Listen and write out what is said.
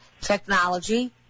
technology